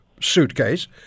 suitcase